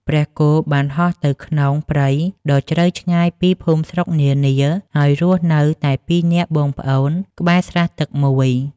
ព្រះគោបានហោះទៅនៅក្នុងព្រៃដ៏ជ្រៅឆ្ងាយពីភូមិស្រុកនានា ហើយរស់នៅតែពីរនាក់បងប្អូនក្បែរស្រះទឹកមួយ។